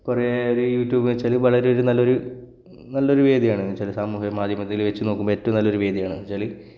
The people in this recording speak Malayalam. കുറേ ഒരു യൂട്യൂബ് എന്നു വെച്ചാൽ വളരെ ഒരു നല്ലൊരു നല്ലൊരു വേദിയാണ് എന്നുവെച്ചാൽ സാമൂഹികമാധ്യമത്തിൽ വെച്ചു നോക്കുമ്പോൾ ഏറ്റവും നല്ലൊരു വേദിയാണ് എന്നുവെച്ചാൽ